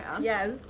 Yes